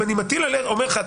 אם אני אומר לך,